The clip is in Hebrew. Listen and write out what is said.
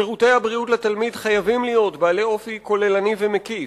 שירותי הבריאות לתלמיד חייבים להיות בעלי אופי כוללני ומקיף,